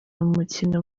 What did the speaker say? umukino